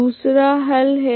दूसरा हल है